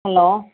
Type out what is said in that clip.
hello